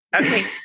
Okay